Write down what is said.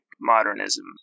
modernism